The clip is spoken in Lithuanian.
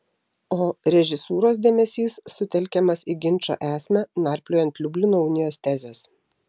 o režisūros dėmesys sutelkiamas į ginčo esmę narpliojant liublino unijos tezes